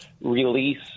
release